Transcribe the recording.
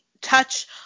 touch